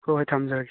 ꯍꯣꯏ ꯍꯣꯏ ꯊꯝꯖꯔꯒꯦ